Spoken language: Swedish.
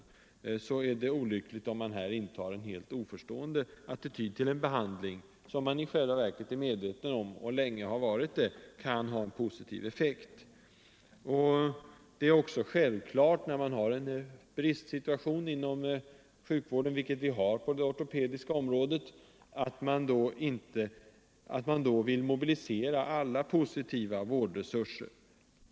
Det vore då olyckligt om man skulle inta en helt oförstående attityd till en behandling som man i själva verket är medveten om — och länge har varit det — kan ha en positiv effekt. Det är också självklart att man vid en bristsituation inom sjukvården — vilket vi har på det ortopediska området — vill mobilisera alla positiva vårdresurser.